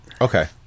Okay